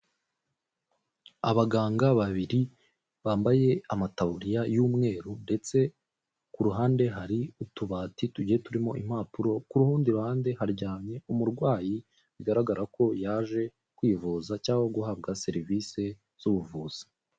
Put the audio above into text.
Abaganga babiri bambaye amataburiya y'umweru ndetse ku ruhande hari utubati tugiye turimo impapuro kurundi ruhande haryamye umurwayi bigaragara ko yaje kwivuza cyangwa guhabwa serivise z'ubuvuzi.